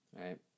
right